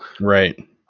right